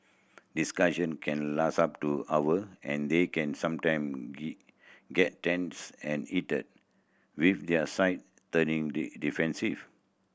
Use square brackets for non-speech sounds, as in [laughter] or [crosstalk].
discussion can last up to hour and they can sometime [unintelligible] get tense and heated with their side turning [unintelligible] defensive